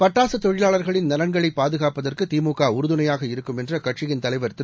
பட்டாசுதொழிலாளர்களின் நலன்களைபாதுகாப்பதற்குதிமுகஉறுதுணையாக இருக்கும் என்றுஅக்கட்சியின் தலைவர் திரு